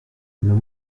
nos